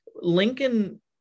Lincoln